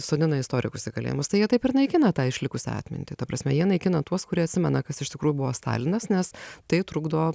sodina istorikus į kalėjimus tai jie taip ir naikina tą išlikusią atmintį ta prasme jie naikina tuos kurie atsimena kas iš tikrųjų buvo stalinas nes tai trukdo